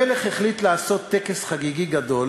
המלך החליט לעשות טקס חגיגי גדול,